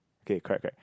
okay correct correct